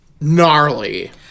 gnarly